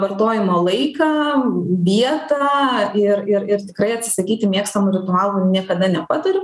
vartojimo laiką vietą ir ir ir tikrai atsisakyti mėgstamų ritualų niekada nepatariu